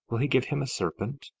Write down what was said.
will he give him a serpent?